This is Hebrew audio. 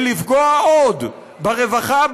ולפגוע עוד ברווחה,